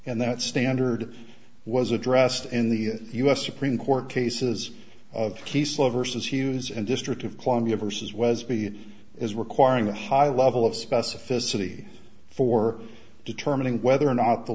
and that standard was addressed in the u s supreme court cases of the slow versus hughes and district of columbia versus was be it is requiring a high level of specificity for determining whether or not the